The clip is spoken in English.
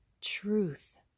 truth